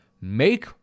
make